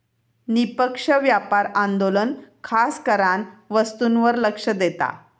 निष्पक्ष व्यापार आंदोलन खासकरान वस्तूंवर लक्ष देता